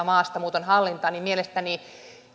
maastamuuton hallinta mielestäni